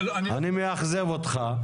אני מאכזב אותך.